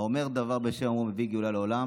האומר דבר בשם אומרו מביא גאולה לעולם.